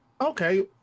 okay